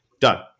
Done